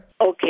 Okay